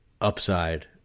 upside